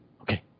okay